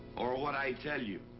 or what i tell you?